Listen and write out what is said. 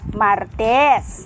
martes